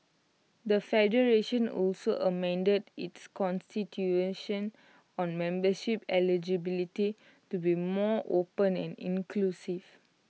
the federation also amended its Constitution on membership eligibility to be more open and inclusive